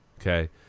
okay